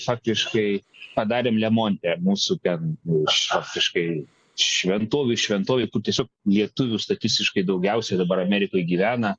faktiškai padarėm lemonte mūsų ten faktiškai šventovių šventovėj kur tiesiog lietuvių statistiškai daugiausiai dabar amerikoje gyvena